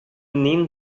menino